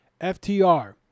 FTR